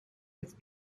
with